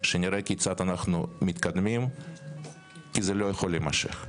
שנראה כיצד אנחנו מתקדמים כי זה לא יכול להימשך.